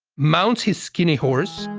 mounts his skinny horse,